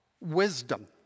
wisdom